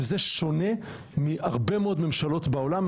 וזה שונה מהרבה מאוד ממשלות בעולם,